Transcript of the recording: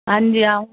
ਹਾਂਜੀ ਆਉ